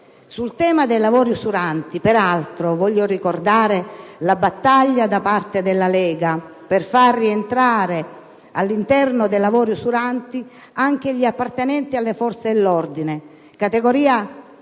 al tema dei lavori usuranti. Sempre a tal riguardo, vorrei ricordare la battaglia condotta da parte della Lega per far rientrare all'interno dei lavori usuranti anche gli appartenenti alle forze dell'ordine, categoria